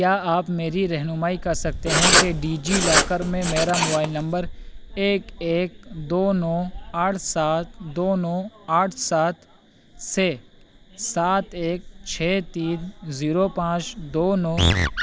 کیا آپ میری رہنمائی کر سکتے ہیں کہ ڈیجی لاکر میں میرا موبائل نمبر ایک ایک دو نو آٹھ سات دو نو آٹھ سات سے سات ایک چھ تین زیرو پانچ دو نو